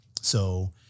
So-